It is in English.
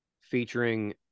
featuring